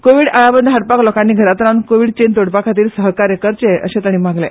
कोविड आळाबंद हाडपाक लोकांनी घरात रावन कोविड चेन तोडपाखातीर सहकार्य करचें अशे ताणी मागले